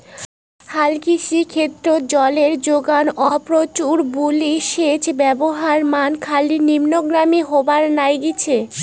হালকৃষি ক্ষেত্রত জলের জোগান অপ্রতুল বুলি সেচ ব্যবস্থার মান খালি নিম্নগামী হবার নাইগছে